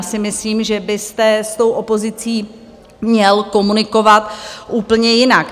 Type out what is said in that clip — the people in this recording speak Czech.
Já si myslím, že byste s opozicí měl komunikovat úplně jinak.